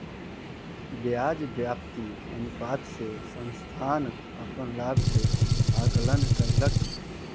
ब्याज व्याप्ति अनुपात से संस्थान अपन लाभ के आंकलन कयलक